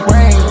Rain